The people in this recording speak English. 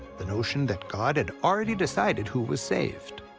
the notion that god had already decided who was saved.